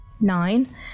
nine